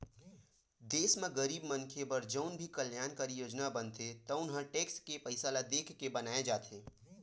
देस म गरीब मनखे बर जउन भी कल्यानकारी योजना बनथे तउन ह टेक्स के पइसा ल देखके बनाए जाथे